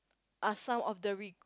are some of the re~